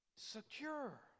secure